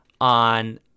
on